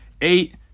eight